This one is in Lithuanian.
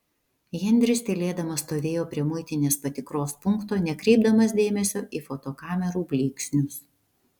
henris tylėdamas stovėjo prie muitinės patikros punkto nekreipdamas dėmesio į fotokamerų blyksnius